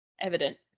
evident